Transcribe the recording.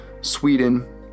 Sweden